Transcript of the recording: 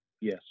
yes